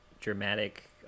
dramatic